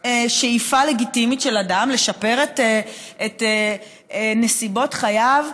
שאיפה לגיטימית של אדם לשפר את נסיבות חייו,